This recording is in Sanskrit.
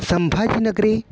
सम्भाजीनगरे